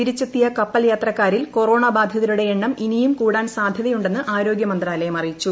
തിരിച്ചെത്തിയ കപ്പൽ യാത്രക്കാരിൽ കൊറോണ ബാധിതരുടെ എണ്ണം ഇനിയും കൂടാൻ സാധൃതയുണ്ടെന്ന് ആരോഗൃ മന്ത്രാലയം അറിയിച്ചു